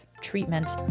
treatment